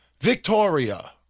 Victoria